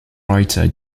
writer